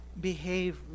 behave